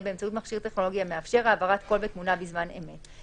באמצעות מכשיר טכנולוגי המאפשר העברת קול ותמונה בזמן אמת,